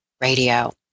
Radio